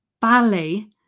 ballet